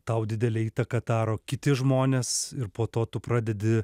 tau didelę įtaką daro kiti žmonės ir po to tu pradedi